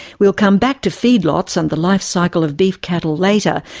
we'll come back to feedlots and the life cycle of beef cattle later,